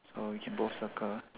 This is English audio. so we can both circle